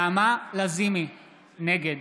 נגד